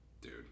Dude